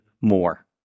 more